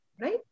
Right